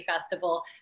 festival